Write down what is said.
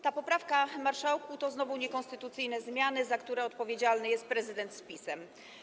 Ta poprawka, marszałku, to znowu niekonstytucyjne zmiany, za które odpowiedzialny jest prezydent z PiS-em.